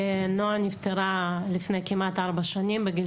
נועה נפטרה לפני כמעט ארבע שנים בגיל